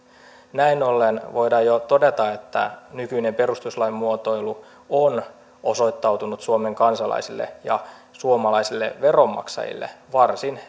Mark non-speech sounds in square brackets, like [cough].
näin ollen voidaan jo todeta että nykyinen perustuslain muotoilu on osoittautunut suomen kansalaisille ja suomalaisille veronmaksajille varsin [unintelligible]